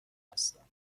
هستم